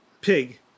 Pig